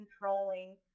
controlling